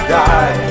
die